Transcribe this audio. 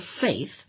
faith